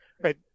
right